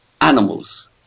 animals